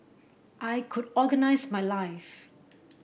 I could organise my life